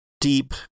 deep